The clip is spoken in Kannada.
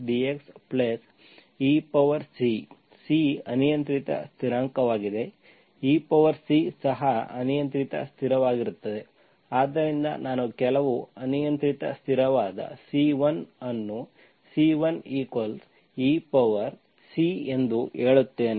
C ಅನಿಯಂತ್ರಿತ ಸ್ಥಿರಾಂಕವಾಗಿದೆ eC ಸಹ ಅನಿಯಂತ್ರಿತ ಸ್ಥಿರವಾಗಿರುತ್ತದೆ ಆದ್ದರಿಂದ ನಾನು ಕೆಲವು ಅನಿಯಂತ್ರಿತ ಸ್ಥಿರವಾದ C1 ಅನ್ನು C1eC ಎಂದು ಹೇಳುತ್ತೇನೆ